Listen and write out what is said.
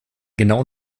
genauen